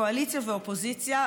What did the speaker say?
קואליציה ואופוזיציה,